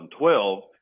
2012